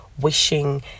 wishing